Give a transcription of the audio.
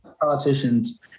Politicians